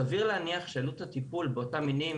סביר להניח שעלות הטיפול באותם מינים